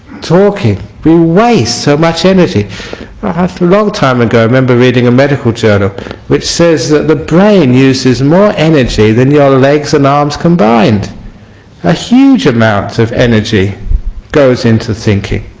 talking you waste so much energy longtime ago i remember reading a medical journal which says the brain uses more energy than your legs and arms combined a huge amount of energy goes into thinking